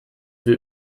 wir